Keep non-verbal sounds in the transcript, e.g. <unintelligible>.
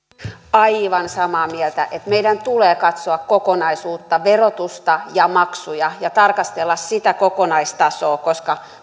aivan samaa mieltä että meidän tulee katsoa kokonaisuutta verotusta ja maksuja ja tarkastella sitä kokonaistasoa koska <unintelligible>